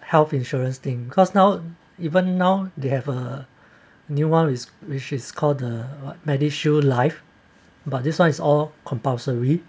health insurance thing cause now even now they have a new one is which is called the MediShield Life but this one is all compulsory